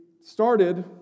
started